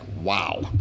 wow